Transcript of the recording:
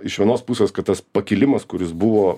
iš vienos pusės kad tas pakilimas kuris buvo